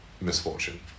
misfortune